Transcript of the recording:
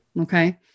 Okay